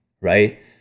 right